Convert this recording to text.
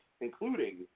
including